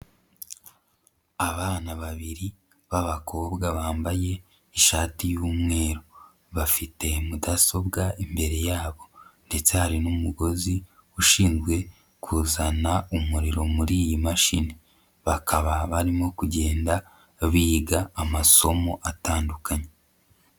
Abana babiri b'abakobwa bambaye ishati y'umweru, bafite mudasobwa imbere yabo ndetse hari n'umugozi ushinzwe kuzana umuriro muri iyi mashini, bakaba barimo kugenda biga amasomo atandukanye.